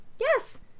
Yes